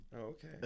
Okay